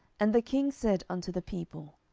and the king said unto the people,